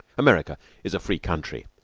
america is a free country,